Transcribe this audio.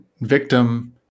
victim